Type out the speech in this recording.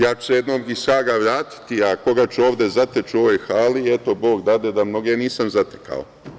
Ja ću se jednom iz Haga vratiti, a koga ću ovde zateći, u ovoj hali i eto, bog dade da mnoge nisam zatekao.